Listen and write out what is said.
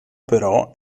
però